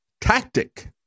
tactic